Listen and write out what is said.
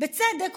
בצדק,